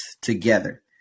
together